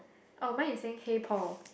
or mine is saying hey Paul